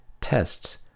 tests